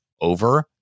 Over